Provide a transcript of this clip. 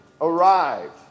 arrived